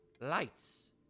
lights